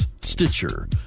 Stitcher